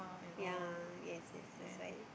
ya yes yes that's why